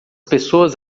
pessoas